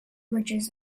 ridges